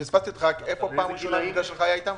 איפה הייתה הפעם הראשונה שנפגשתם איתם?